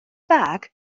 bag